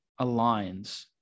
aligns